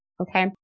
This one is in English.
okay